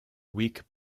week